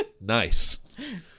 Nice